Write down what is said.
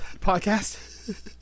podcast